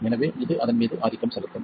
எனவே இது அதன் மீது ஆதிக்கம் செலுத்தும்